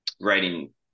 writing